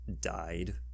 died